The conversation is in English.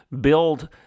build